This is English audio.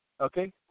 Okay